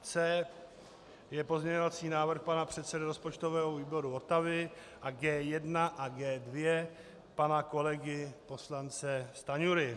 C je pozměňovací návrh pana předsedy rozpočtového výboru Votavy a G1 a G2 pana kolegy poslance Stanjury.